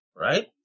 right